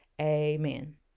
Amen